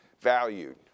valued